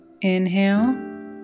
Inhale